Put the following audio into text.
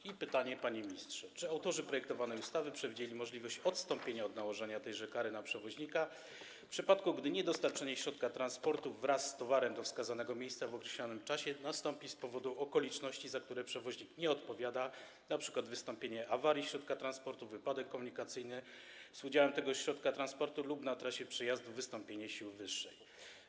I pytanie, panie ministrze: Czy autorzy projektowanej ustawy przewidzieli możliwość odstąpienia od nałożenia na przewoźnika tejże kary, w przypadku gdy niedostarczenie środka transportu wraz z towarem do wskazanego miejsca w określonym czasie nastąpi z powodu okoliczności, za które przewoźnik nie odpowiada, np. wystąpienia awarii środka transportu, wypadku komunikacyjnego z udziałem tego środka transportu lub na trasie przejazdu czy wystąpienia sił wyższych?